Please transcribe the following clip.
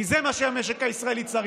כי זה מה שהמשק הישראלי צריך.